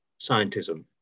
scientism